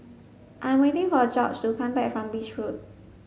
I'm waiting for Gorge to come back from Beach Road